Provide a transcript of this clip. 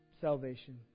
salvation